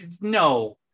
No